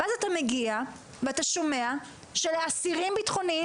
ואז אתה מגיע ואתה שומע שלאסירים בטחוניים